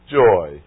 joy